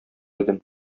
идем